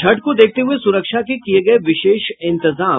छठ को देखते हये सुरक्षा के किये गये विशेष इंतजाम